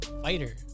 Fighter